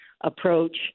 approach